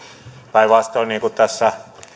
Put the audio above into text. päinvastoin niin kuin tässä